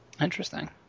Interesting